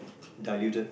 diluted